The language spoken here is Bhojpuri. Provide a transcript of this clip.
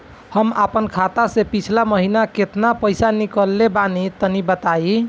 हम आपन खाता से पिछला महीना केतना पईसा निकलने बानि तनि बताईं?